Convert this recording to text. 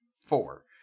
four